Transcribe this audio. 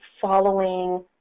following